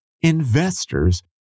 Investors